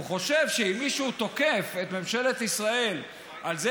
הוא חושב שאם מישהו תוקף את ממשלת ישראל על זה